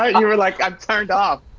ah you were like, i'm turned off.